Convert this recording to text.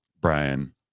Brian